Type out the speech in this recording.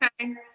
Okay